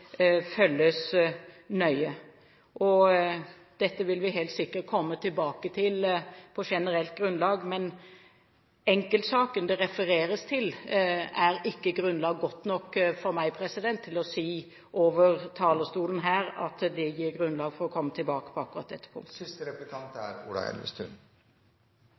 følges nøye. Dette vil vi helt sikkert komme tilbake til på generelt grunnlag, men enkeltsaken det refereres til, er ikke grunnlag godt nok for meg til akkurat på dette punkt å si fra talerstolen her at det gir grunnlag for å komme tilbake.